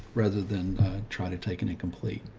rather than try to take an incomplete